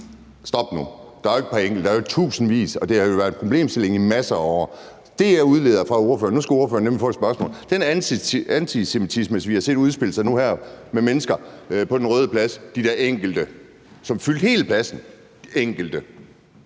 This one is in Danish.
stop nu! Der er jo ikke et par enkelte. Der er i tusindvis, og det har jo været en problemstilling i masser af år. Jeg udleder noget af det, ordføreren siger – nu skal ordføreren nemlig få et spørgsmål – i forhold til den antisemitisme, vi har set udspille sig nu her med mennesker på Den Røde Plads, de der enkelte, som fyldte hele pladsen: Er det